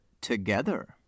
together